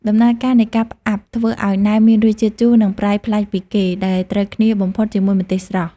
ដំណើរការនៃការផ្អាប់ធ្វើឱ្យណែមមានរសជាតិជូរ និងប្រៃប្លែកពីគេ ដែលត្រូវគ្នាបំផុតជាមួយម្ទេសស្រស់។